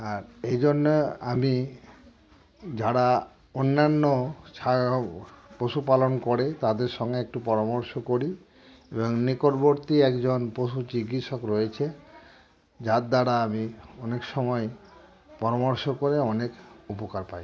আর এই জন্যে আমি যারা অন্যান্য ছ পশুপালন করে তাদের সঙ্গে একটু পরামর্শ করি এবং নিকটবর্তী একজন পশু চিকিৎসক রয়েছে যার দ্বারা আমি অনেক সময় পরামর্শ করে অনেক উপকার পাই